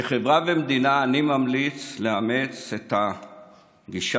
כחברה ומדינה אני ממליץ לאמץ את הגישה